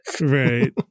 Right